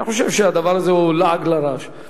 אני חושב שהדבר הזה הוא לעג לרש.